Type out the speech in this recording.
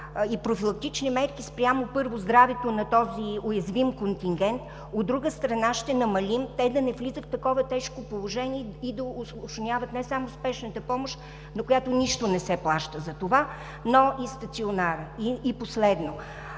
и профилактични мерки, първо, спрямо здравето на този уязвим контингент, от друга страна, ще намалим те да не влизат в такова тежко положение и да усложняват не само спешната помощ, на която нищо не се плаща за това, но и стационара. И последно,